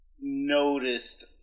noticed